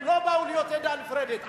הם לא באו להיות עדה נפרדת.